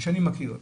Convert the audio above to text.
שאני מכיר,